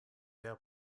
ver